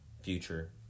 Future